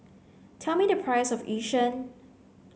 tell me the price of Yu Sheng